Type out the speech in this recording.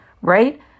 Right